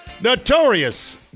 Notorious